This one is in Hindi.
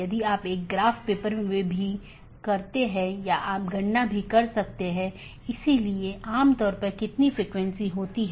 यदि स्रोत या गंतव्य में रहता है तो उस विशेष BGP सत्र के लिए ट्रैफ़िक को हम एक स्थानीय ट्रैफ़िक कहते हैं